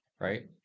right